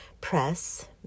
press